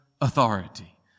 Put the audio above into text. authority